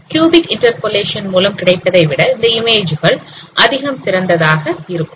cubic interpolation மூலம் கிடைப்பதை விட இந்த இமேஜ் கள் அதிகம் சிறந்ததாக இருக்கும்